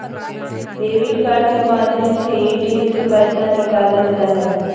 debit card के माध्यम से ए.टी.एम से पैसा निकालल जा हय